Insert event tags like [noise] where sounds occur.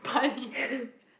[laughs]